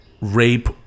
rape